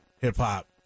hip-hop